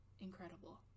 Incredible